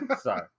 Sorry